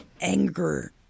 anger